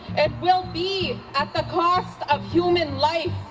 it will be at the cost of human life.